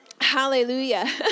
hallelujah